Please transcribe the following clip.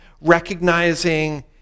recognizing